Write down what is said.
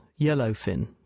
yellowfin